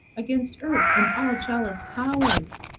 against earth and all jealous powers!